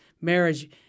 marriage—